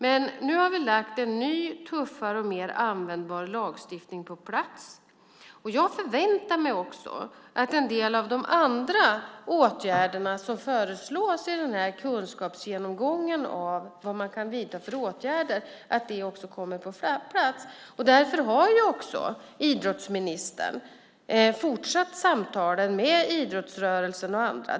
Men nu har vi en ny, tuffare och mer användbar lagstiftning på plats. Och jag förväntar mig också att en del av de andra åtgärderna som föreslås i kunskapsgenomgången av vad man kan vidta för åtgärder kommer på plats. Därför har idrottsministern fortsatt samtalen med idrottsrörelsen och andra.